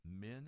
men